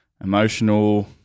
emotional